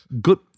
Good